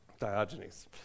Diogenes